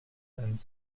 and